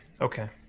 Okay